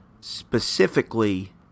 specifically